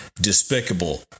despicable